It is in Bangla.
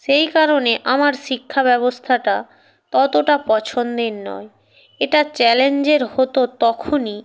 সেই কারণে আমার শিক্ষা ব্যবস্থাটা ততটা পছন্দের নয় এটা চ্যালেঞ্জের হত তখনই